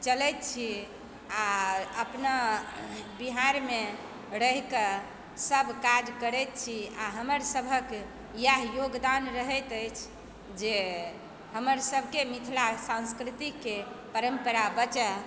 चलैत छी आ अपना बिहारमे रहि कऽ सब काज करैत छी आ हमर सभकेँ इएह योगदान रहैत अछि जे हमर सबकेँ मिथिला संस्कृतिके परम्परा बचै